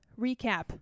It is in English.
recap